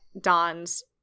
Don's